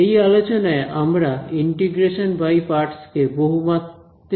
এই আলোচনায় আমরা ইন্টিগ্রেশন বাই পার্টস কে বহুমাত্রিক অবস্থায় উন্নীত করব